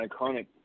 iconic